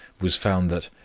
was found that,